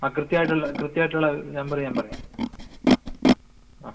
ആ കൃത്യമായിട്ടുള്ള കൃത്യമായിട്ടുള്ള നമ്പറ് ഞാൻ പറയാം ആ